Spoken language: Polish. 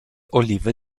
oliwy